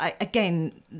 again